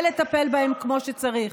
ולטפל בהם כמו שצריך.